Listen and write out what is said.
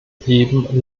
eben